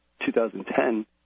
2010